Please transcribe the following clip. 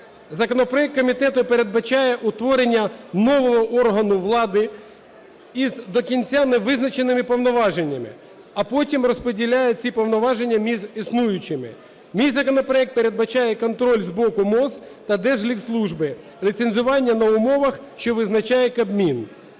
Законопроект комітету передбачає утворення нового органу влади із до кінця не визначеними повноваженнями, а потім розподіляє ці повноваження між існуючими. Мій законопроект передбачає контроль з боку МОЗ та Держлікслужби, ліцензування на умовах, що визначає Кабмін.